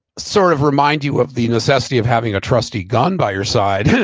sort of remind you of the necessity of having a trusty gun by your side.